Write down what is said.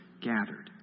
gathered